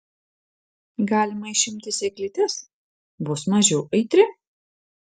galima išimti sėklytes bus mažiau aitri